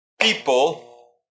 people